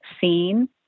seen